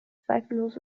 zweifellos